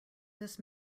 this